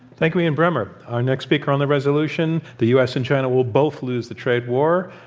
thank you, ian bremmer. our next speaker on the resolution, the u. s. and china will both lose the trade war,